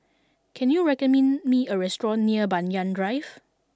can you recommend me a restaurant near Banyan Drive